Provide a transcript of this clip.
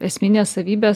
esminės savybės